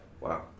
wow